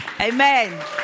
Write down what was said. Amen